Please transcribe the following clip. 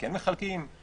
כן מחלקים מזון,